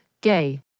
Gay